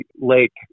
Lake